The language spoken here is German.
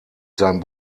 sein